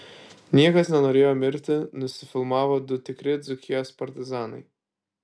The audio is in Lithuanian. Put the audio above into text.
niekas nenorėjo mirti nusifilmavo du tikri dzūkijos partizanai